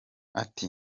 ati